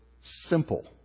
simple